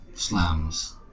slams